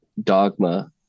Dogma